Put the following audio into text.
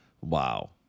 Wow